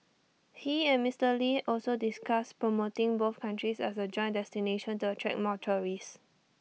he and Mister lee also discussed promoting both countries as A joint destination to attract more tourists